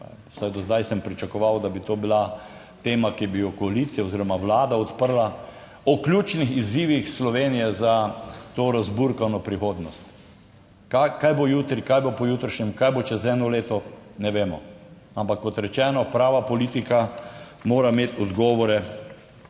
vsaj do zdaj sem pričakoval, da bi to bila tema, ki bi jo koalicija oziroma Vlada odprla, o ključnih izzivih Slovenije za to razburkano prihodnost. Kaj bo jutri, kaj bo pojutrišnjem, kaj bo čez eno leto, ne vemo, ampak kot rečeno, prava politika mora imeti odgovore